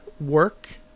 work